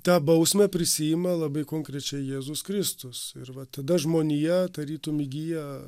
tą bausmę prisiima labai konkrečiai jėzus kristus ir va tada žmonija tarytum įgyja